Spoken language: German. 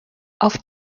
auf